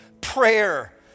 prayer